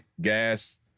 Gas